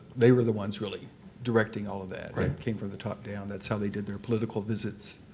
they were the ones really directing all of that. it came from the top down. that's how they did their political visits.